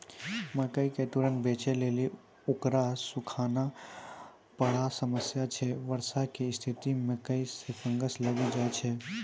मकई के तुरन्त बेचे लेली उकरा सुखाना बड़ा समस्या छैय वर्षा के स्तिथि मे मकई मे फंगस लागि जाय छैय?